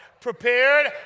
prepared